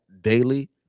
daily